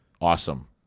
awesome